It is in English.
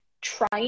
trying